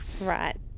Right